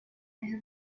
have